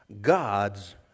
God's